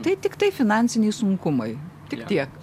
tai tiktai finansiniai sunkumai tik tiek